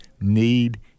need